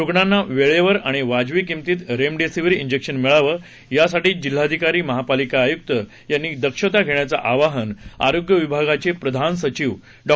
रुग्णांना वेळेवर आणि वाजवी किंमतीत रेमडेसीविर जिक्शन मिळावं यासाठी जिल्हाधिकारी महापालिका आयुक्त यांनी दक्षता धेण्याचं आवाहन आरोग्य विभागाचे प्रधान सचिव डॉ